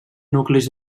nuclis